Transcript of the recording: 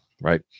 right